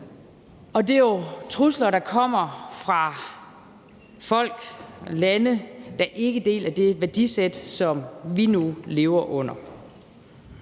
Det er trusler, der kommer fra folk, lande, der ikke deler det værdisæt, som vi nu lever under.